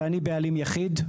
ואני בעלים יחיד,